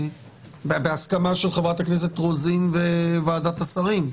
בהסכמה של חברת הכנסת רוזין וועדת השרים.